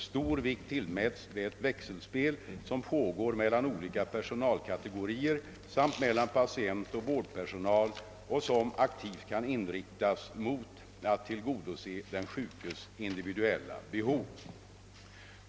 Stor vikt tillmäts det växelspel som pågår mellan olika personalkategorier samt mellan patient och vårdpersonal och som aktivt kan inriktas mot att tillgodose den sjukes individuella behov.